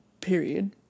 period